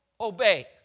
obey